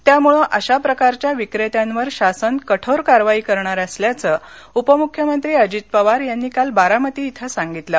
त्यामुळे अशाप्रकारच्या विक्रेत्यांवर शासन कठोर कारवाई करणार असल्याच उपमुख्यमंत्री अजित पवार यांनी काल बारामती इथंसांगितलं